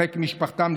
לחיק משפחתם,